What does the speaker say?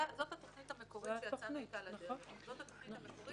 זו התוכנית המקורית שיצאנו איתה לדרך וזה המהלך הראשוני.